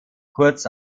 kurz